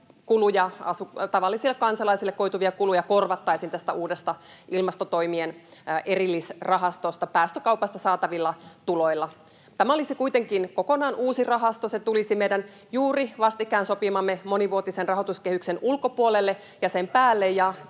tavallisille kansalaisille koituvia kuluja korvattaisiin tästä uudesta ilmastotoimien erillisrahastosta päästökaupasta saatavilla tuloilla. Tämä olisi kuitenkin kokonaan uusi rahasto. Se tulisi meidän juuri, vastikään sopimamme monivuotisen rahoituskehyksen ulkopuolelle ja sen päälle,